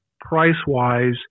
price-wise